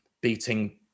beating